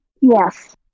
Yes